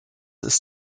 ist